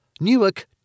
Newark